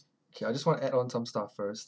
k I just wanna add on some stuff first